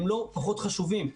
הם לא פחות חשובים,